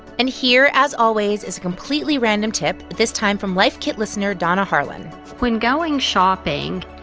and here, as always, is a completely random tip, this time from life kit listener donna harlan when going shopping,